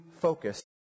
focused